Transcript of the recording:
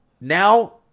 Now